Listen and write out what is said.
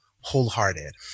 wholehearted